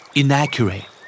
inaccurate